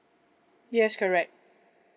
yes correct